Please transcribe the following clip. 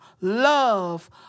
love